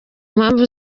mpamvu